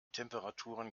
temperaturen